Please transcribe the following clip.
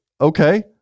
okay